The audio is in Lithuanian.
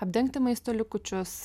apdengti maisto likučius